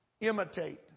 imitate